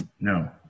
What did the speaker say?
No